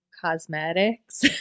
cosmetics